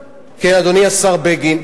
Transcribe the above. כן, אדוני השר בגין.